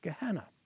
Gehenna